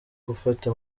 gufata